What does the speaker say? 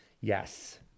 Yes